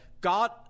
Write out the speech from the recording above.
God